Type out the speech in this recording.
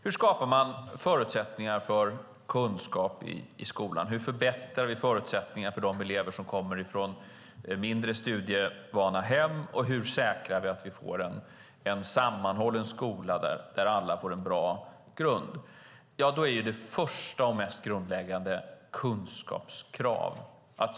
Hur skapar man förutsättningar för kunskap i skolan? Hur förbättrar vi förutsättningarna för de elever som kommer från mindre studievana hem? Och hur säkrar vi en sammanhållen skola där alla får en bra grund? Det första och mest grundläggande är kunskapskrav.